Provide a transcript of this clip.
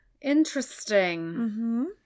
Interesting